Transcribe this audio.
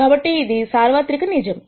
కాబట్టి ఇది సార్వత్రిక నిజం